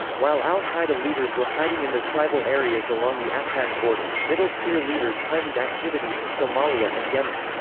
while al-qaeda leaders were hiding in the tribal areas along the afpak border, middle-tier leaders heightened activity in somalia and yemen.